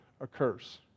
occurs